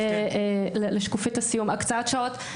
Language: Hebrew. שקופית הסיום הקצאת שעות,